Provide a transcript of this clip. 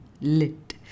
Lit